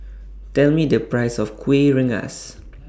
Tell Me The Price of Kuih Rengas